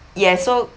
yes so